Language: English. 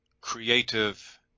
creative